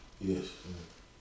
yes